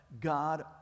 God